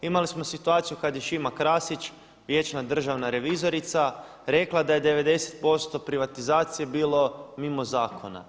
Imali smo situaciju kad je Šima Krasić vječna državna revizorica rekla da je 90% privatizacije bilo mimo zakona.